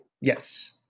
Yes